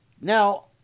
Now